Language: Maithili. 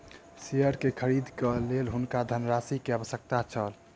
शेयर के खरीद के लेल हुनका धनराशि के आवश्यकता छल